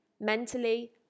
mentally